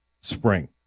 spring